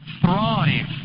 thrive